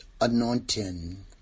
Anointing